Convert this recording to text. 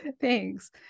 Thanks